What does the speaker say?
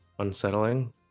Unsettling